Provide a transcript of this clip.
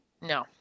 No